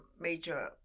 major